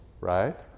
right